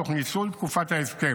תוך ניצול תקופת ההסכם.